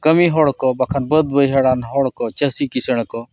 ᱠᱟᱹᱢᱤ ᱦᱚᱲᱠᱚ ᱵᱟᱠᱷᱟᱱ ᱵᱟᱹᱫᱽ ᱵᱟᱹᱭᱦᱟᱹᱲᱟᱱ ᱦᱚᱲ ᱠᱚ ᱪᱟᱹᱥᱤ ᱠᱤᱥᱟᱹᱬ ᱠᱚ